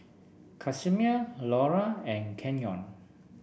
Casimir Launa and Canyon